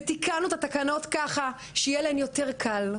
ותיקנו את התקנות ככה שיהיה להן יותר קל,